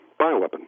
bioweapon